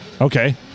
Okay